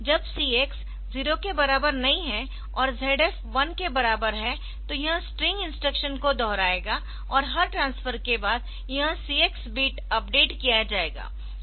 जब CX 0 के बराबर नहीं है और ZF 1 के बराबर है तो यह स्ट्रिंग इंस्ट्रक्शन को दोहराएगा और हर ट्रांसफर के बाद यह CX बिट अपडेट किया जाएगा